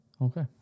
Okay